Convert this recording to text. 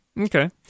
Okay